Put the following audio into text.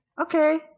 Okay